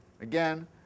again